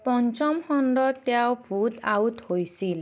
পঞ্চম খণ্ডত তেওঁ ভোট আউট হৈছিল